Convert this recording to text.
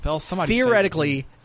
Theoretically